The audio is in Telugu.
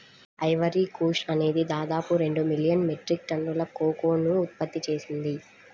ఐవరీ కోస్ట్ అనేది దాదాపు రెండు మిలియన్ మెట్రిక్ టన్నుల కోకోను ఉత్పత్తి చేసింది